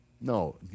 No